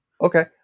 Okay